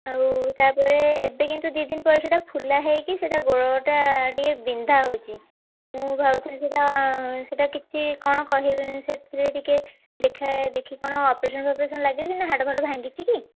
ଆଉ ତାପରେ ଏବେ କିନ୍ତୁ ଦୁଇ ଦିନ ପରେ ସେଇଟା ଫୁଲା ହେଇକି ସେଇଟା ଗୋଡ଼ଟା ଟିକିଏ ବିନ୍ଧା ହଉଛି ମୁଁ ଭାବୁଥିଲି ସେଇଟା ସେଇଟା କିଛି କ'ଣ କହିବେ ସେଥିରେ ଟିକିଏ ଦେଖାଏ ଦେଖି କ'ଣ ଅପରେସନ୍ ଫପରେସନ୍ ଲାଗିବ କି ନା ହାଡ଼ ଫାଡ଼ ଭାଙ୍ଗିଛି କି